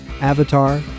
Avatar